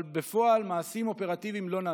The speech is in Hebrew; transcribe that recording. אבל בפועל מעשים אופרטיביים לא נעשו.